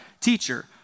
Teacher